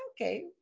okay